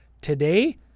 Today